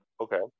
Okay